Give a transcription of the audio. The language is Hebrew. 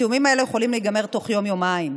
התיאומים האלה יכולים להיגמר בתוך יום-יומיים.